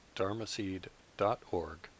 dharmaseed.org